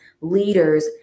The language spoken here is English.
leaders